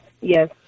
Yes